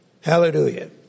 Hallelujah